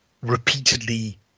repeatedly